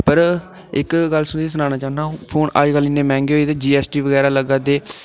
पर इक गल्ल तुसें ईं सनाना चाह्न्नां अ'ऊं फोन अजकल इ'न्ने मैंह्गे होई गेदे जीएसटी बगैरा लग्गै दा